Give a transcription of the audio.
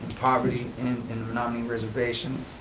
poverty in in menominee reservation.